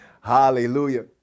hallelujah